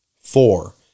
Four